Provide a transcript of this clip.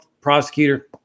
prosecutor